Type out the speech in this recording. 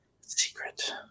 Secret